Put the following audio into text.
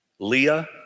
Leah